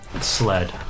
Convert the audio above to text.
sled